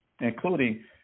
including